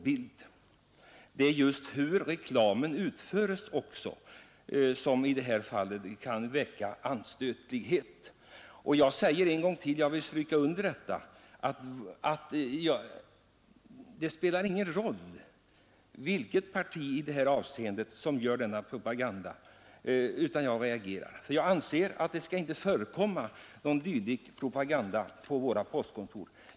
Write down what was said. Även reklamens utformning kan i detta fall väcka anstöt. Jag understryker att det inte spelar någon roll vilket parti det är som gör denna propaganda — jag reagerar vilket det än är. Det skall inte förekomma någon politisk propaganda på våra postkontor.